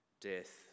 Death